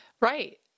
Right